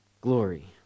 glory